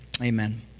amen